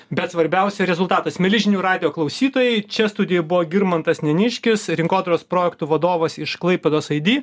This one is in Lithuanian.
bet svarbiausia rezultatas mieli žinių radijo klausytojai čia studijoj buvo girmantas neniškis rinkodaros projektų vadovas iš klaipėdos aidi